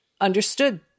understood